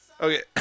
Okay